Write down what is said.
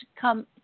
come